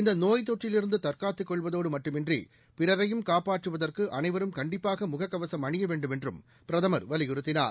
இந்த நோய் தொற்றிலிருந்து தற்காத்துக் கொள்வதோடு மட்டுமன்றி பிறரையும் காப்பாற்றுவதற்கு அனைவரும் கண்டிப்பாக முக கவசம் அணிய வேண்டுமென்றும் பிதமர் வலியுறுத்தினார்